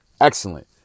excellent